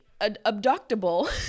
abductable